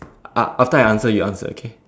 aft~ after I answer you answer okay